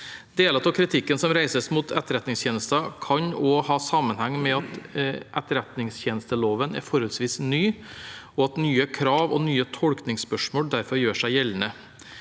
Deler av kritikken som reises mot Etterretningstjenesten, kan også ha sammenheng med at etterretningstjenesteloven er forholdsvis ny, og at nye krav og nye tolkningsspørsmål derfor gjør seg gjeldende.